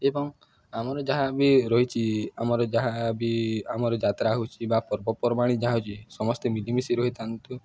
ଏବଂ ଆମର ଯାହା ବିି ରହିଛି ଆମର ଯାହା ବିି ଆମର ଯାତ୍ରା ହଉଛି ବା ପର୍ବପର୍ବାଣି ଯାହା ହଉଛି ସମସ୍ତେ ମିଳିମିଶି ରହିଥାନ୍ତୁ